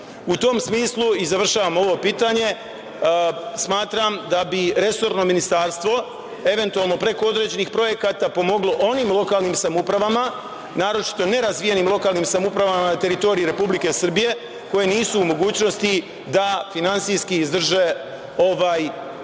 tom smislu i završavam ovo pitanje, smatram da bi resorno ministarstvo, eventualno preko određenih projekata pomoglo onim lokalnim samoupravama, naročito nerazvijenim lokalnim samoupravama na teritoriji Republike Srbije koje nisu u mogućnosti, da finansijski izdrže ovaj, da